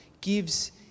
gives